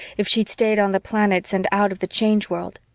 if she'd stayed on the planets and out of the change world.